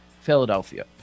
Philadelphia